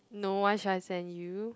no why should I sent you